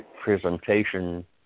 presentation